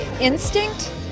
instinct